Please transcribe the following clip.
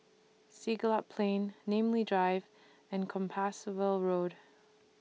Siglap Plain Namly Drive and Compassvale Road